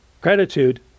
gratitude